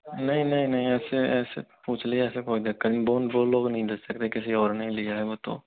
नहीं नहीं नहीं ऐसे ऐसे पूछ लिए ऐसे कोई दिक्कत नहीं वो लोग नहीं ले सकते किसी और ने लिया है वो तो